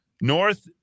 North